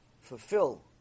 fulfill